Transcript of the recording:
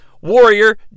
warrior